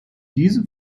diese